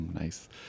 Nice